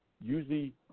usually